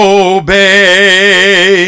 obey